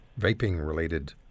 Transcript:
vaping-related